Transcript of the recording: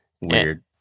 weird